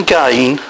gain